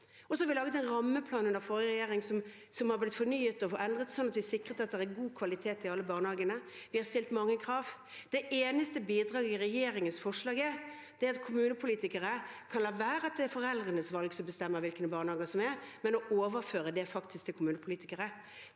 laget vi en rammeplan, som har blitt fornyet og endret, slik at vi sikret at det er god kvalitet i alle barnehagene. Vi stilte mange krav. Det eneste bidraget i regjeringens forslag er at kommunepolitikere kan la være å la foreldrenes valg bestemme hvilke barnehager som finnes, man overfører det til kommunepolitikere.